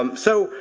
um so,